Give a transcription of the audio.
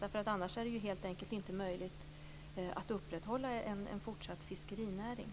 Det är annars helt enkelt inte möjligt att upprätthålla en fortsatt fiskerinäring.